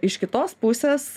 iš kitos pusės